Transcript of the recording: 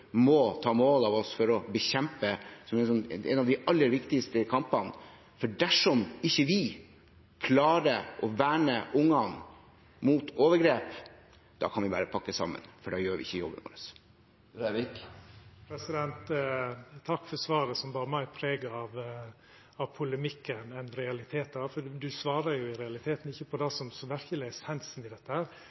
må ta mål av oss å bekjempe. Det er en av de aller viktigste kampene. Dersom vi ikke klarer å verne ungene mot overgrep, kan vi bare pakke sammen, for da gjør vi ikke jobben vår. Takk for svaret, som gav meir preg av polemikk enn realitetar, for du svarar i realiteten ikkje på det som verkeleg er essensen i dette.